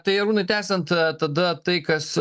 tai arūnai tęsiant tada tai kas